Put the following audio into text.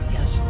Yes